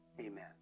Amen